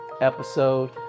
episode